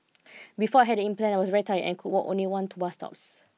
before I had the implant I was very tired and could walk only one two bus stops